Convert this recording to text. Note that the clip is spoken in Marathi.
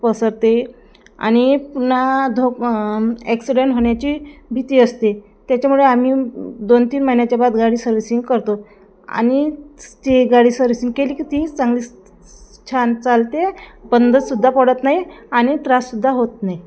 पसरते आणि पुन्हा धो ॲक्सिडेन होण्याची भीती असते त्याच्यामुळे आम्ही दोन तीन महिन्याच्या बाद गाडी सर्व्हिसिंग करतो आणि स ते गाडी सर्व्हिसिंग केली की ती चांगली स छान चालते बंदसुद्धा पडत नाही आणि त्राससुद्धा होत नाही